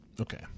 Okay